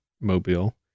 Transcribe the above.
mobile